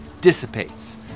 dissipates